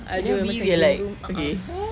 ada macam living room a'ah